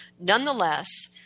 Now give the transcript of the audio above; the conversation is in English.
Nonetheless